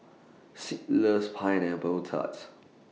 Sid loves Pineapple Tarts